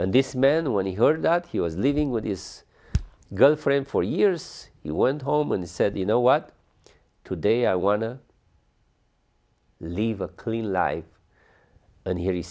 and this man when he heard that he was living with his girlfriend for years he went home and said you know what today i want to leave a clean life and he